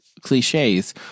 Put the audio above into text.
cliches